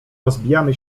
rozbijamy